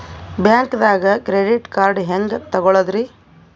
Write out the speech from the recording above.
ಬ್ಯಾಂಕ್ದಾಗ credit card ಹೆಂಗ್ ತಗೊಳದ್ರಿ?